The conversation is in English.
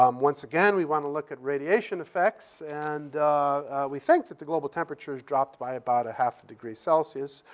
um once again, we want to look at radiation effects. and we think that the global temperature has dropped by about a half a degree celsius,